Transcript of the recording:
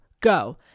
Go